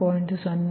0 p